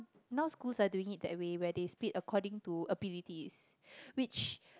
now schools are doing it that way where they split according to abilities which